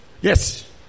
Yes